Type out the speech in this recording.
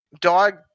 dog